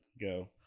go